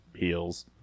Heels